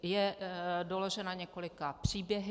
Je doložena několika příběhy.